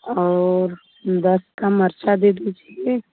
और दस का मरचा दे दीजिए